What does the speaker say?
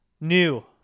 New